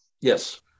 Yes